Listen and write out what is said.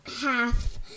half